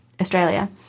Australia